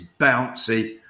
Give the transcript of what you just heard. bouncy